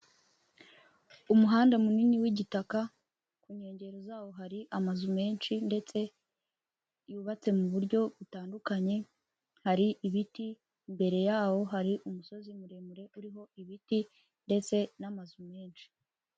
Umuhanda munini w'igitaka, ku nkengero zawo hari amazu menshi ndetse, yubatse mu buryo butandukanye. Hari ibiti, imbere yawo hari umusozi muremure uriho ibiti ndetse n'amazu menshi.